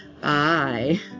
Bye